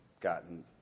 gotten